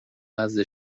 نزد